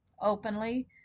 openly